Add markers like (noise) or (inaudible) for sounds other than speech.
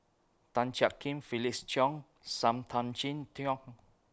Tan Jiak Kim Felix Cheong SAM Tan Chin (unintelligible)